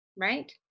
right